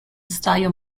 style